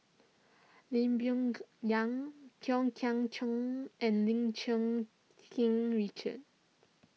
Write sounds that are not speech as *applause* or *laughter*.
Lee Boon *unintelligible* Yang Kwok Kian Chow and Lim Cherng King Richard